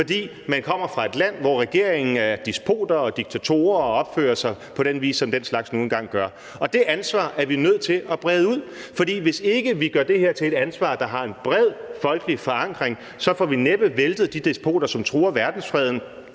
fordi man kommer fra et land, hvor regeringen er despoter og diktatorer og opfører sig på den vis, som den slags nu engang gør, og det ansvar er vi nødt til at brede ud. For hvis ikke vi gør det her til et ansvar, der har en bred folkelig forankring, så får vi næppe væltet de despoter, som truer verdensfreden,